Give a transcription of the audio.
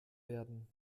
werden